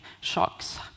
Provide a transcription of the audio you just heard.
shocks